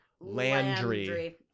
Landry